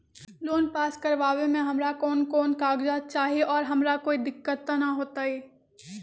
Loan pass करवावे में हमरा कौन कौन कागजात चाही और हमरा कोई दिक्कत त ना होतई?